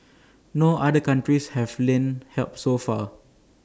no other countries have lent help so far